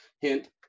Hint